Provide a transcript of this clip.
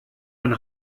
ein